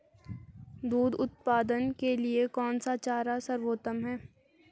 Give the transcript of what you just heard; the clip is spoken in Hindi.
दूध उत्पादन के लिए कौन सा चारा सर्वोत्तम है?